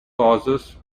causes